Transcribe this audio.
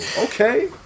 okay